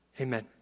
amen